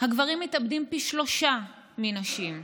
הגברים מתאבדים פי שלושה מנשים.